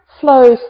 flows